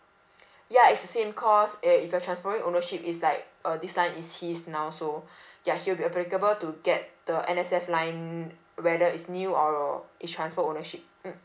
ya it's the same cause if you're transferring ownership is like uh this line is his now so ya he'll be applicable to get the N_S_F line whether is new or is transfer ownership mm